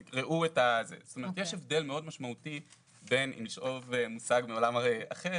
אומרת יש הבדל מאוד משמעותי בין לשאוב מושג מעולם אחר,